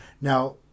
now